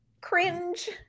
cringe